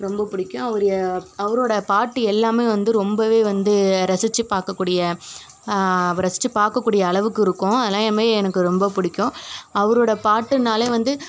ரொம்ப பிடிக்கும் அவர் அவரோட பாட்டு எல்லாமே வந்து ரொம்பவே வந்து ரசிச்சு பார்க்க கூடிய ரசிச்சு பார்க்க கூடிய அளவுக்கு இருக்கும் அதெலாமுமே எனக்கு ரொம்ப பிடிக்கும் அவரோட பாட்டுனாலே வந்து